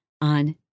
on